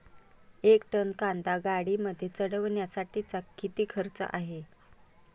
एक टन कांदा गाडीमध्ये चढवण्यासाठीचा किती खर्च आहे?